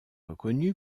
reconnu